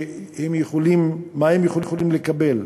מה הם יכולים לקבל,